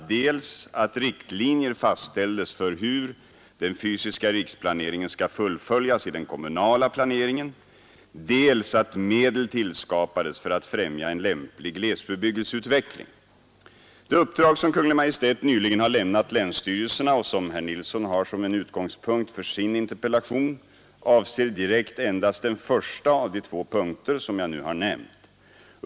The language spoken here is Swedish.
för att främja en lämplig glesbebyggelseutveckling. Det uppdrag som Kungl. Maj:t nyligen har lämnat länsstyrelserna och som herr Nilsson har som en utgångspunkt för sin interpellation avser direkt endast den första av de två punkter som jag nu har nämnt.